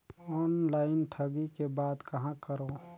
Online ठगी के बाद कहां करों?